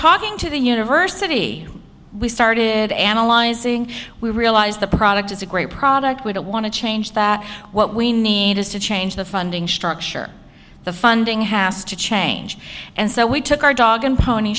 talking to the university we started analyzing we realized the product is a great product we don't want to change that what we need is to change the funding structure the funding has to change and so we took our dog and pony